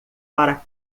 para